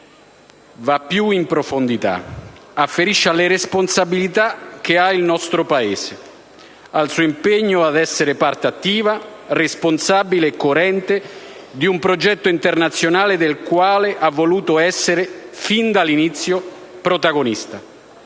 Va più in profondità: afferisce alle responsabilità che ha il nostro Paese, al suo impegno ad essere parte attiva, responsabile e coerente, di un progetto internazionale del quale ha voluto essere, fin dall'inizio, protagonista.